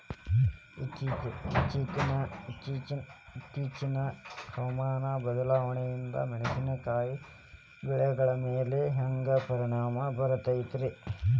ಇತ್ತೇಚಿನ ಹವಾಮಾನ ಬದಲಾವಣೆಯಿಂದ ಮೆಣಸಿನಕಾಯಿಯ ಬೆಳೆಗಳ ಮ್ಯಾಲೆ ಹ್ಯಾಂಗ ಪರಿಣಾಮ ಬೇರುತ್ತೈತರೇ?